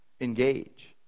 engage